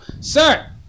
Sir